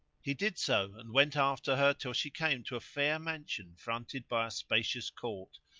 he did so and went after her till she came to a fair mansion fronted by a spacious court,